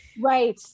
right